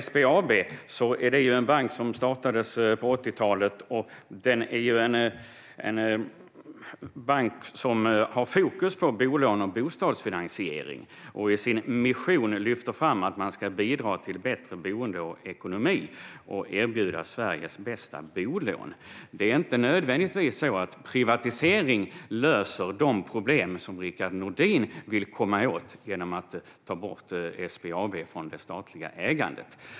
SBAB är ju en bank som startades på 80-talet, som har fokus på bolån och bostadsfinansiering och som i sin mission lyfter fram att man ska bidra till bättre boende och ekonomi och erbjuda Sveriges bästa bolån. Det är inte nödvändigtvis så att privatisering löser de problem som Rickard Nordin vill komma åt genom att ta bort SBAB från det statliga ägandet.